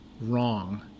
wrong